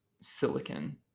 silicon